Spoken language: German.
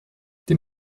den